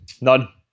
None